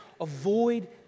avoid